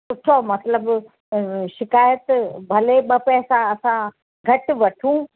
सुठो मतिलबु शिकायत भले ॿ पैसा असां घटि वठूं